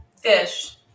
Fish